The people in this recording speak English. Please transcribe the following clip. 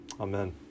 Amen